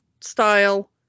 style